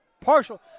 partial